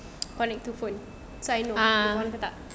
connect to phone so I know dia on ke tak